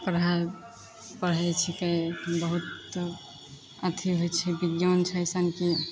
पढ़ाइ पढ़य छीकै तऽ बहुत अथी होइत छै बिज्ञान छै अइसन कि